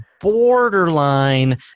borderline